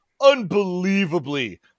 unbelievably